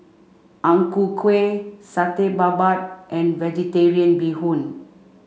Ang Ku Kueh Satay Babat and Vegetarian Bee Hoon